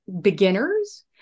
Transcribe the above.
beginners